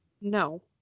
No